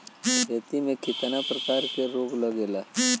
खेती में कितना प्रकार के रोग लगेला?